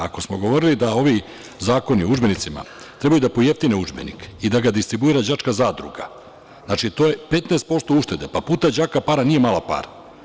Ako smo govorili da ovi zakoni o udžbenicima trebaju da pojeftine udžbenik i da ga distribuira đačka zadruga, znači to je 15% uštede, pa puta đaka para nije mala para.